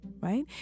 right